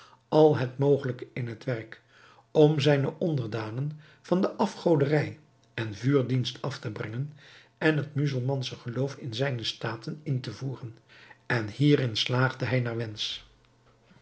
al het mogelijke in het werk om zijne onderdanen van de afgoderij en vuurdienst af te brengen en het muzelmansche geloof in zijne staten in te voeren en hierin slaagde hij